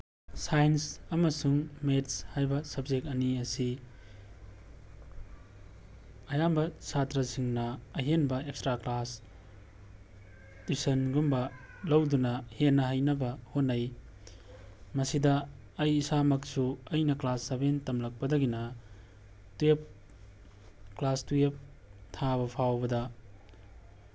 science ꯑꯃꯁꯨꯡ maths ꯍꯥꯏꯕ subject ꯑꯅꯤ ꯑꯁꯤ ꯑꯌꯥꯝꯕ ꯁꯥꯇ꯭ꯔꯁꯤꯡꯅ ꯑꯍꯦꯟꯕ ꯑꯦꯛꯁꯇ꯭ꯔꯥ ꯀ꯭ꯂꯥꯁ ꯇꯨꯏꯁꯟꯒꯨꯝꯕ ꯂꯧꯗꯨꯅ ꯍꯦꯟꯅ ꯍꯩꯅꯕ ꯍꯣꯠꯅꯩ ꯃꯁꯤꯗ ꯑꯩ ꯏꯁꯥꯃꯛꯁꯨ ꯑꯩꯅ ꯀ꯭ꯂꯥꯁ ꯁꯚꯦꯟ ꯇꯝꯂꯛꯄꯗꯒꯤꯅ ꯇ꯭ꯋꯦꯜꯞ ꯀ꯭ꯂꯥꯁ ꯇ꯭ꯋꯦꯜꯞ ꯊꯥꯕ ꯐꯥꯎꯕꯗ